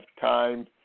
time